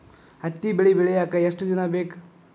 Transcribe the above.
ಹತ್ತಿ ಬೆಳಿ ಬೆಳಿಯಾಕ್ ಎಷ್ಟ ದಿನ ಬೇಕ್?